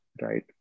right